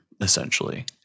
essentially